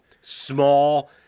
small